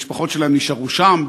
המשפחות שלהם נשארו שם,